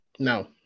No